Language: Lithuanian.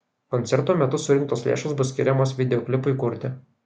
koncerto metu surinktos lėšos bus skiriamos videoklipui kurti